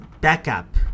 backup